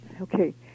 Okay